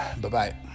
Bye-bye